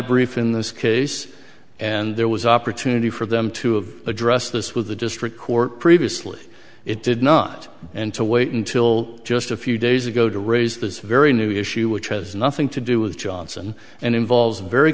brief in this case and there was opportunity for them to address this with the district court previously it did not and to wait until just a few days ago to raise this very new issue which has nothing to do with johnson and involve